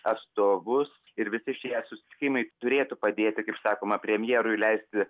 atstovus ir visi šie susitikimai turėtų padėti kaip sakoma premjerui leisti